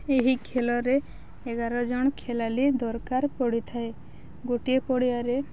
ଏହି ଖେଳରେ ଏଗାର ଜଣ ଖେଳାଳି ଦରକାର ପଡ଼ିଥାଏ ଗୋଟିଏ ପଡ଼ିଆରେ